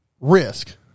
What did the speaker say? risk